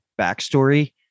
backstory